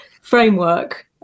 framework